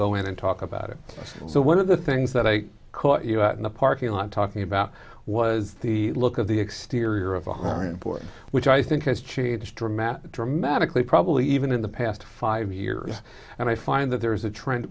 go in and talk about it so one of the things that i caught you out in the parking lot talking about was the look of the exterior of a car and board which i think has changed dramatic dramatically probably even in the past five years and i find that there is a trend